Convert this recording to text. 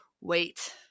wait